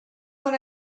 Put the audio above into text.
when